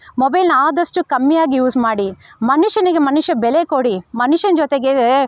ಮೊಬೈಲ್ನ ಆದಷ್ಟು ಕಮ್ಮಿಯಾಗಿ ಯೂಸ್ ಮಾಡಿ ಮನುಷ್ಯನಿಗೆ ಮನುಷ್ಯ ಬೆಲೆ ಕೊಡಿ ಮನುಷ್ಯನ ಜೊತೆಗೆ